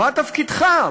מה תפקידך?